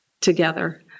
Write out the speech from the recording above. together